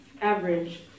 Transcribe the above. average